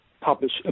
publish